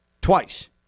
twice